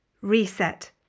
Reset